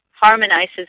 harmonizes